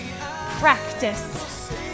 practice